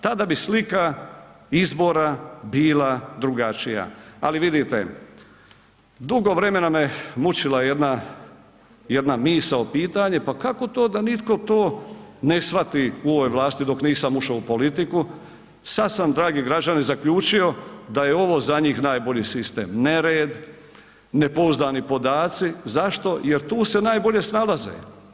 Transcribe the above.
Tada bi slika izbora bila drugačija ali vidite dugo vremena me mučila jedna misao, pitanje, pa kako to da nitko to ne shvati u ovoj vlasti dok nisam ušao u politiku, sad sam dragi građani, zaključio da je ovo za njih najbolji sistem, nered, nepouzdani podaci, zašto, jer tu se najbolje snalaze.